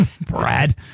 Brad